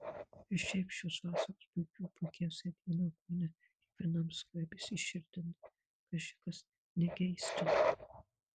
ir šiaip šios vasaros puikių puikiausią dieną kone kiekvienam skverbėsi širdin kaži kas negeistino